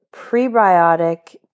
prebiotic